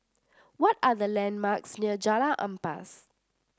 what are the landmarks near Jalan Ampas